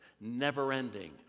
never-ending